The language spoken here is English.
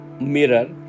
mirror